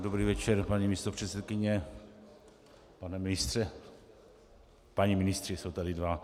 Dobrý večer, paní místopředsedkyně, pane ministře páni ministři, jsou tady dva.